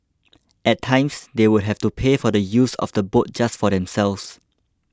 at times they would have to pay for the use of the boat just for themselves